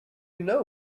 know